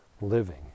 living